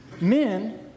men